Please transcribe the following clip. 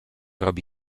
robi